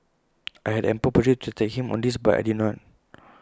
I had ample opportunity to attack him on this but I did not